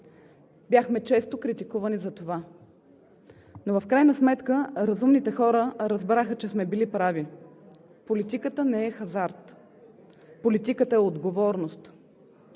Бяхме често критикувани за това. Но в крайна сметка разумните хора разбраха, че сме били прави. Политиката не е хазарт. Политиката е отговорност.